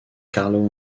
carlo